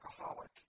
alcoholic